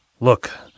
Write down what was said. Look